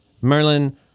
Merlin